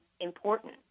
important